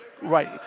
Right